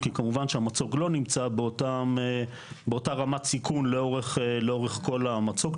כי כמובן שהמצוק לא נמצא באותה רמת סיכון לאורך כל המצוק,